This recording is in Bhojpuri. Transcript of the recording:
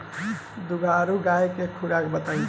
दुधारू गाय के खुराक बताई?